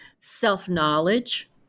self-knowledge